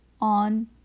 on